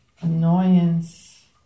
annoyance